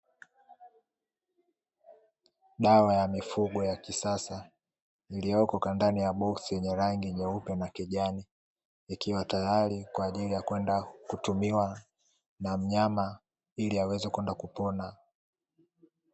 Dawa ya mifugo ya kisasa iliopo kwa ndani ya boksi yenye rangi nyeupe na kijani, ikiwa tayari kwa ajili ya kwenda kutumiwa na mnyama ili aweze kwenda kupona.